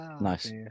Nice